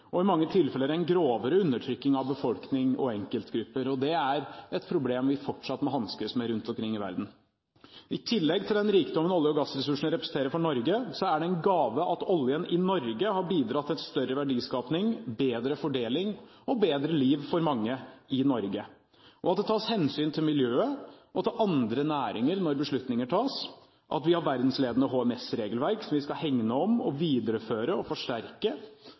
og i mange tilfeller en grovere undertrykking av befolkning og enkeltgrupper. Det er et problem vi fortsatt må hanskes med rundt omkring i verden. I tillegg til den rikdommen olje- og gassressursene representerer for Norge, er det en gave at oljen i Norge har bidratt til større verdiskaping, bedre fordeling og bedre liv for mange i Norge, at det tas hensyn til miljøet og til andre næringer når beslutninger tas, at vi har et verdensledende HMS-regelverk, som vi skal hegne om, videreføre og forsterke,